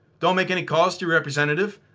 don't make any calls to your representative.